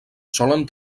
solen